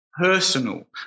personal